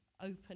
open